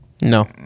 No